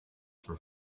for